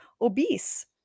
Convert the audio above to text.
obese